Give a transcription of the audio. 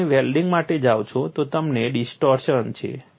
જો તમે વેલ્ડીંગ માટે જાઓ છો તો તમને ડિસ્ટોર્શન છે